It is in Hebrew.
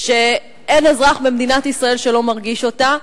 שאין אזרח במדינת ישראל שלא מרגיש אותה,